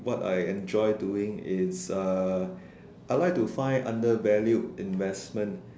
what I enjoy doing is uh I like to find undervalued investment